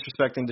disrespecting